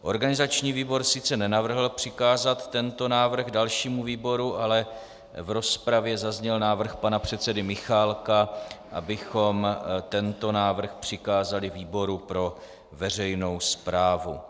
Organizační výbor sice nenavrhl přikázat tento návrh dalšímu výboru, ale v rozpravě zazněl návrh pana předsedy Michálka, abychom návrh přikázali výboru pro veřejnou správu.